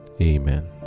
Amen